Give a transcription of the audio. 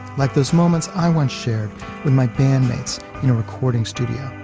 like those moments i once shared with my bandmates in a recording studio,